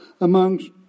amongst